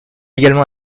également